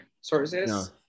sources